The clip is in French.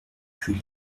puis